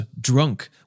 drunk